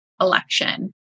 election